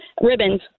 Ribbons